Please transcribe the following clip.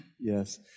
Yes